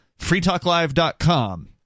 freetalklive.com